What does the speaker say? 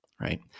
right